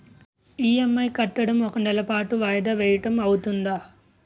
EMI కట్టడం ఒక నెల పాటు వాయిదా వేయటం అవ్తుందా?